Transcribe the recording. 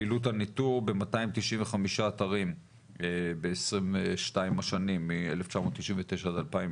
פעולות הניטור ב-295 אתרים ב-22 השנים מ-1999 עד 2020,